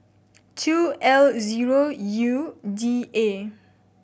two L zero U D A